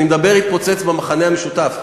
אני מדבר התפוצץ במכנה המשותף,